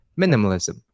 minimalism